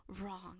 wrong